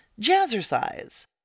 jazzercise